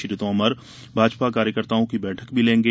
श्री तोमर भाजपा कार्यकर्ताओं की बैठक भी लेंगे